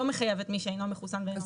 לא מחייבת את מי שאינו מחוסן ואינו מחלים.